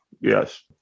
Yes